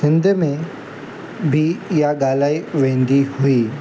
सिंध में बि इहा ॻाल्हाए वेंदी हुई